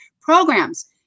programs